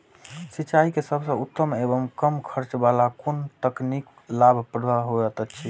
सिंचाई के सबसे उत्तम एवं कम खर्च वाला कोन तकनीक लाभप्रद होयत छै?